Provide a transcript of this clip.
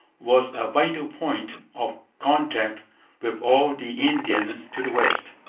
was a vital point of contact with all the indians to the west.